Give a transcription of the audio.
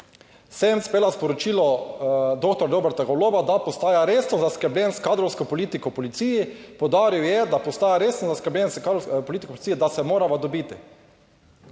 sporočilo doktor Roberta Goloba, da postaja resno zaskrbljen s kadrovsko politiko v policiji. Poudaril je, da postaja resno zaskrbljen s politiko policije, da se morava dobiti".